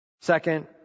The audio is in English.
Second